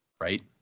Right